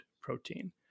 protein